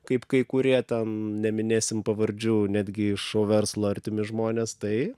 kaip kai kurie ten neminėsim pavardžių netgi iš šou verslo artimi žmonės tai